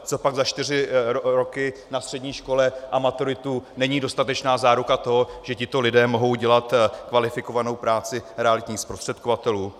Copak za čtyři roky na střední škole s maturitou není dostatečná záruka toho, že tito lidé mohou dělat kvalifikovanou práci realitních zprostředkovatelů?